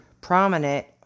prominent